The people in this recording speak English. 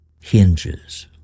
hinges